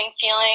feeling